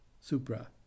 supra